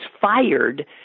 fired